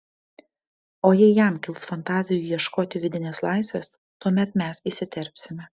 o jei jam kils fantazijų ieškoti vidinės laisvės tuomet mes įsiterpsime